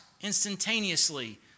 instantaneously